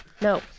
No